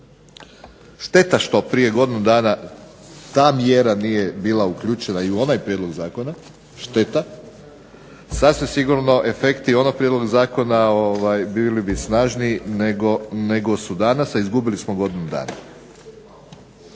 Šteta što prije godinu dana ta mjera nije bila uključena i u onaj prijedlog zakona, šteta. Sasvim sigurno efekti onog prijedloga zakona bili bi snažniji nego su danas, a izgubili smo godinu dana.